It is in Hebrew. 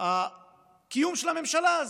הקיום של הממשלה הזאת.